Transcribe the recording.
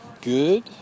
good